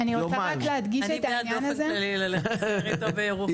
בעד ללכת לסייר בירוחם.